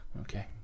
Okay